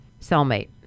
cellmate